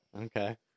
Okay